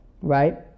right